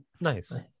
Nice